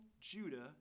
Judah